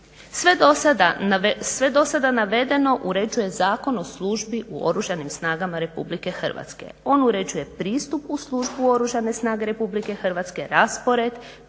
Sve do sada navedeno uređuje Zakon o službi u Oružanim snagama RH. On uređuje pristup u službu Oružane snage RH, raspored,